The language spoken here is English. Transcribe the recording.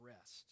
rest